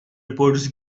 reporters